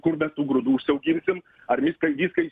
kur be tų grūdų užsiauginsim ar viską viską